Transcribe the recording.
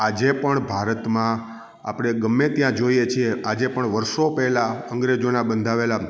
આજે પણ ભારતમાં આપણે ગમે ત્યાં જોઈએ છીએ આજે પણ વર્ષો પહેલા અંગ્રેજોના બંધાવેલા